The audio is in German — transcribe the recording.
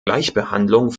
gleichbehandlung